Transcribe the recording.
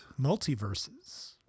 Multiverses